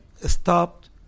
stopped